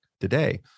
today